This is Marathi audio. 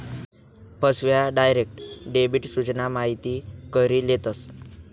फसव्या, डायरेक्ट डेबिट सूचना माहिती करी लेतस